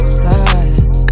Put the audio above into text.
slide